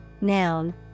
Noun